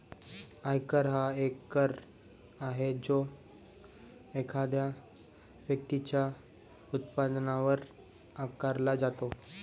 आयकर हा एक कर आहे जो एखाद्या व्यक्तीच्या उत्पन्नावर आकारला जातो